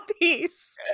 bodies